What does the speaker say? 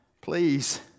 please